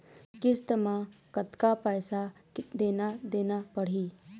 किस्त म कतका पैसा देना देना पड़ही?